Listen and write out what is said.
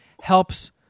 helps